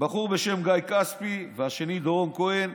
בחור בשם גיא כספי והשני דורון כהן.